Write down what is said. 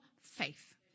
faith